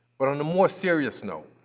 but on the more serious note,